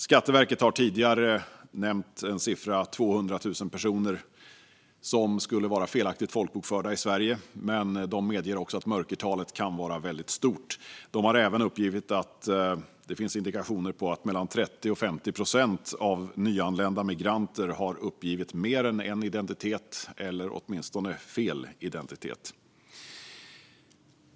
Skatteverket har tidigare nämnt siffran 200 000 personer som skulle vara felaktigt folkbokförda i Sverige, men de medger också att mörkertalet kan vara väldigt stort. De har även uppgett att det finns indikationer på att mellan 30 och 50 procent av nyanlända migranter har uppgett mer än en identitet eller åtminstone fel identitet.